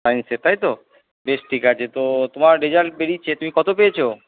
সায়ন্সে তাইতো বেশ ঠিক আছে তো তোমার রেজাল্ট বেরিয়েছে তুমি কত পেয়েছো